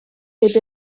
heb